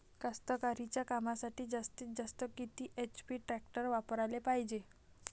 कास्तकारीच्या कामासाठी जास्तीत जास्त किती एच.पी टॅक्टर वापराले पायजे?